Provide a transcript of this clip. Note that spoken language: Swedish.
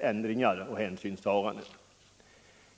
ändringar och hänsynstaganden när de berörda intressenterna skall få framföra sina synpunkter.